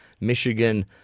Michigan